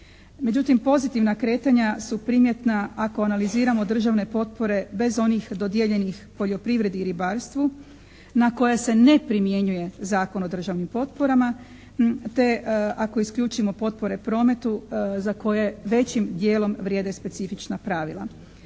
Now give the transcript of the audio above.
Međutim pozitivna kretanja su primjetna ako analiziramo državne potpore bez onih dodijeljenih poljoprivredi i ribarstvu na koja se ne primjenjuje Zakon o državnim potporama te ako isključimo potpore prometu za koje većim dijelom vrijede specifična pravila.